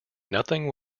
nothing